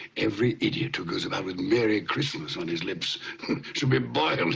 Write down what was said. every idiot who goes about with merry christmas on his lips should be boiled